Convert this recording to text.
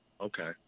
Okay